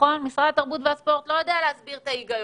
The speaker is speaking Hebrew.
אבל משרד התרבות והספורט לא יודע להסביר את ההיגיון.